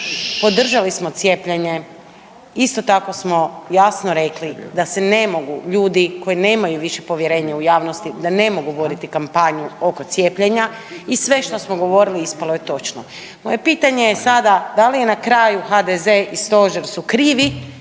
podržali smo cijepljenje, isto tako smo jasno rekli da se ne mogu ljudi koji nemaju više povjerenje u javnosti, da ne mogu voditi kampanju oko cijepljenja i sve što smo govorili, ispalo je točno. Moje pitanje je sada, da li je na kraju HDZ i Stožer su krivi